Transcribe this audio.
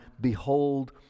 behold